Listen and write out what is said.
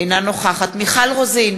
אינה נוכחת מיכל רוזין,